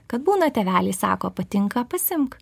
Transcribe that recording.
kad būna tėveliai sako patinka pasiimk